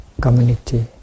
community